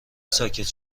ساکت